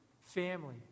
family